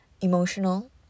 emotional